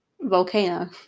volcano